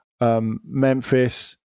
Memphis